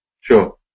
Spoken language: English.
Sure